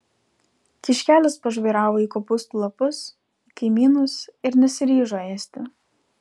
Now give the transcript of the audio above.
kiškelis pažvairavo į kopūstų lapus į kaimynus ir nesiryžo ėsti